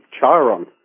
Chiron